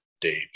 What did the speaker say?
Dave